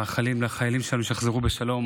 מאחלים לחיילים שלנו שיחזרו בשלום